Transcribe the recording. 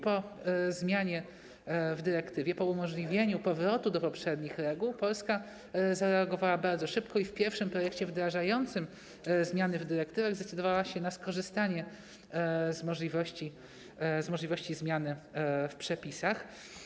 Po zmianie wprowadzonej w dyrektywie, po umożliwieniu powrotu do poprzednich reguł, Polska zareagowała bardzo szybko i w pierwszym projekcie wdrażającym zmiany w dyrektywach zdecydowała się na skorzystanie z możliwości zmiany w przepisach.